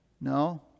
no